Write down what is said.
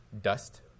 dust